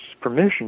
permission